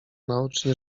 naocznie